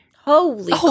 Holy